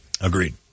Agreed